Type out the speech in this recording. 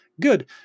Good